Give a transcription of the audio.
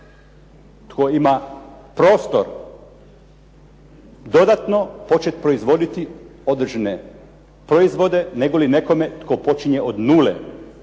tko ima prostor dodatno početi proizvoditi određene proizvode, negoli nekom e tko počinje od nule?